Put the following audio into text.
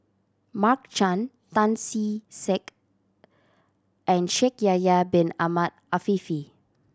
Mark Chan Tan See Sek and Shaikh Yahya Bin Ahmed Afifi